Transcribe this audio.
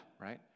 right